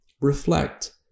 Reflect